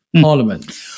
parliament